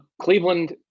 Cleveland